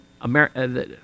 America